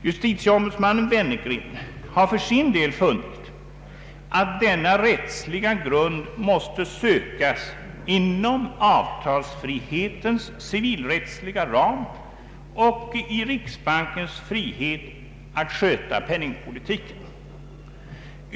Justitieombudsmannen Wennergren har för sin del funnit att denna rättsliga grund måste sökas inom avtalsfrihetens civilrättsliga ram och i riksbankens frihet att sköta penningpolitiken.